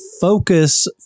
focus